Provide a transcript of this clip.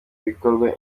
bikorwa